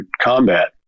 combat